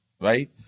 right